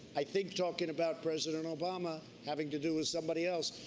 i think talking about president obama, having to do with somebody else,